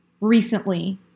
recently